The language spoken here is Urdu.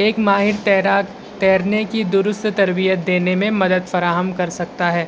ایک ماہر تیراک تیرنے کی درست تربیت دینے میں مدد فراہم کر سکتا ہے